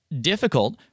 difficult